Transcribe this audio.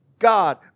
God